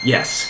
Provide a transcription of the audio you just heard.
Yes